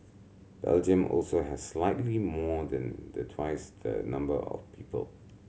Belgium also has slightly more than the twice the number of people